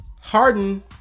Harden